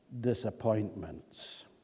disappointments